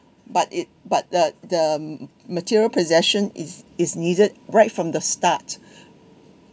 but it but the the material possession is is needed right from the start